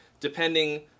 depending